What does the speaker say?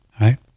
right